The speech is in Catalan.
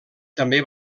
també